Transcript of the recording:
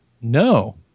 No